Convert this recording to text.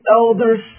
elders